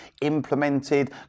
implemented